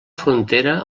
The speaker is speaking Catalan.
frontera